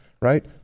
right